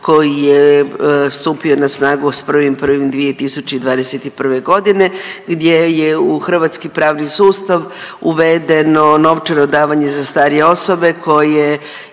koji je stupio na snagu s 1.1.2021. g. gdje je u hrvatski pravni sustav uvedeno novčano davanje za starije osobe